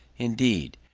indeed,